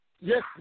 Yes